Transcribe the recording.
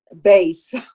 base